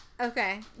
Okay